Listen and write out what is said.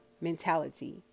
mentality